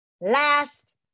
Last